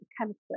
chemistry